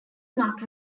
not